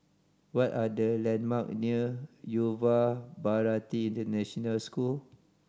what are the landmark near Yuva Bharati International School